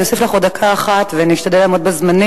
אני אוסיף לך עוד דקה אחת ונשתדל לעמוד בזמנים,